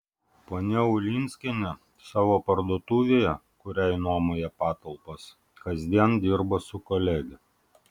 ponia ulinskienė savo parduotuvėje kuriai nuomoja patalpas kasdien dirba su kolege